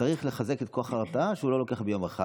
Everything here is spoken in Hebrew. צריך לחזק את כוח ההרתעה, וזה לא קורה ביום אחד.